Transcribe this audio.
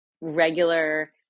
regular